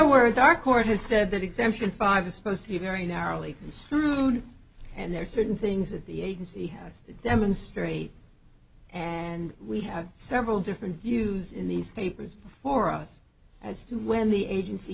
words our court has said that exemption five disposed to be very narrowly construed and there are certain things that the agency has to demonstrate and we have several different views in these papers for us as to when the agency